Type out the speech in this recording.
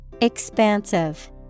Expansive